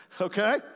Okay